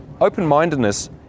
open-mindedness